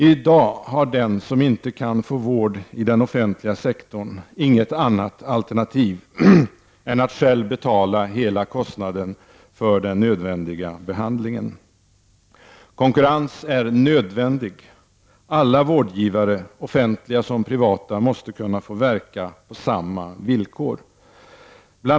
I dag har den som inte kan få vård i den offentliga sektorn inget annat alternativ än att själv betala hela kostnaden för den nödvändiga behandlingen. Konkurrens är nödvändig. Alla vårdgivare, offentliga som privata, måste få kunna verka på samma villkor. Bl.